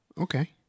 Okay